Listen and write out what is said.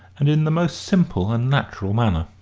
and in the most simple and natural manner?